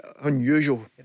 unusual